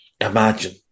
Imagine